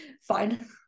fine